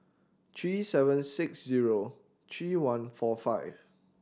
three seven six zero three one four five